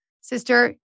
sister